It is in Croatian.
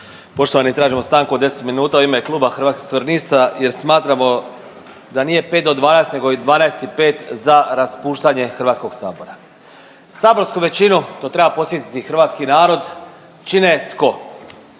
Poštovani, tražimo stanku od 10 minuta u ime Kluba Hrvatskih suverenista jer smatramo da nije 5 do 12 nego je 12 i 5 za raspuštanje HS. Saborsku većinu, to treba podsjetiti hrvatski narod, čine tko,